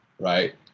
right